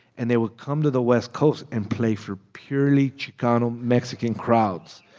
and they would come to the west coast and play for purely chicano mexican crowds.